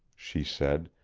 she said,